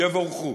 יבורכו.